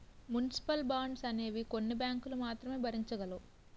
municipal bonds అనేవి కొన్ని బ్యాంకులు మాత్రమే భరించగలవు